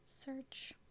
Search